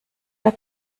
der